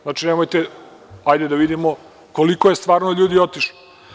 Znači, nemojte, hajde da vidimo koliko je stvarno ljudi otišlo.